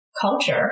culture